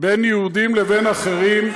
בין יהודים לבין אחרים.